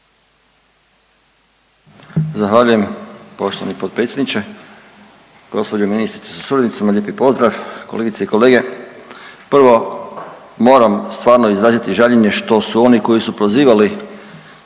Zahvaljujem poštovani potpredsjedniče. Gospođo ministrice sa suradnicima lijepi pozdrav. Kolegice i kolege, prvo moram stvarno izraziti žaljenje što su oni koji su prozivali